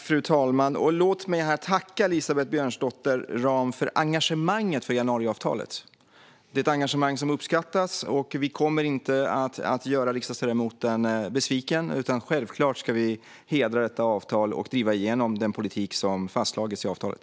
Fru talman! Låt mig tacka Elisabeth Björnsdotter Rahm för engagemanget för januariavtalet. Det är ett engagemang som uppskattas. Vi kommer inte att göra riksdagsledamoten besviken. Vi ska självklart hedra detta avtal och driva igenom den politik som fastslagits i avtalet.